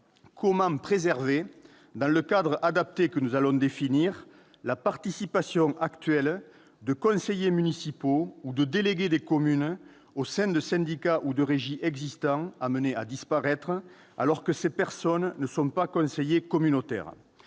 comment préserver, dans le cadre adapté que nous allons définir, la participation actuelle de conseillers municipaux ou de délégués des communes au sein de syndicats ou de régies existants amenés à disparaître, alors que ces personnes ne sont pas conseillers communautaires ?